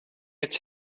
its